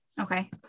Okay